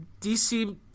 DC